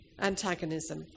antagonism